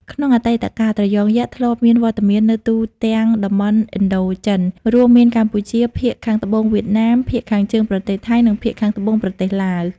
ក្នុងអតីតកាល ត្រយងយក្សធ្លាប់មានវត្តមាននៅទូទាំងតំបន់ឥណ្ឌូចិន រួមមានកម្ពុជា ភាគខាងត្បូងវៀតណាម ភាគខាងជើងប្រទេសថៃ និងភាគខាងត្បូងប្រទេសឡាវ។